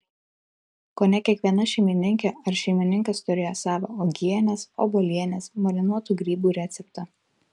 kone kiekviena šeimininkė ar šeimininkas turėjo savą uogienės obuolienės marinuotų grybų receptą